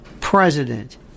president